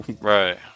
right